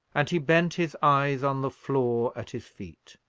and he bent his eyes on the floor at his feet,